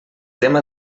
tema